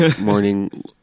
morning